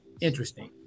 interesting